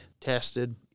tested